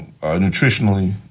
nutritionally